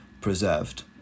preserved